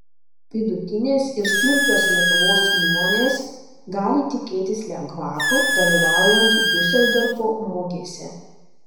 vidutinės ir smulkios lietuvos įmonės gali tikėtis lengvatų dalyvaujant diuseldorfo mugėse